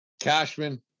Cashman